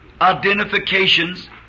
identifications